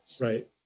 Right